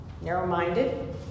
narrow-minded